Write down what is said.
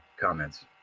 comments